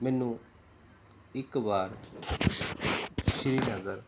ਮੈਨੂੰ ਇੱਕ ਵਾਰ ਸ਼੍ਰੀਨਗਰ